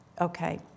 Okay